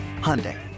Hyundai